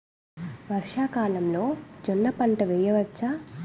వర్షాకాలంలో జోన్న పంటను వేయవచ్చా?